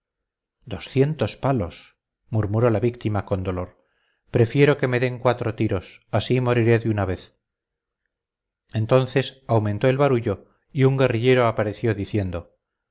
doscientos palos murmuró la víctima con dolor prefiero que me den cuatro tiros así moriré de una vez entonces aumentó el barullo y un guerrillero apareció diciendo